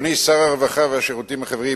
אדוני שר הרווחה והשירותים החברתיים,